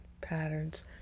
patterns